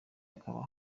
hakaba